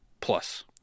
plus